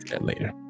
later